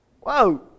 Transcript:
whoa